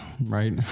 right